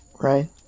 right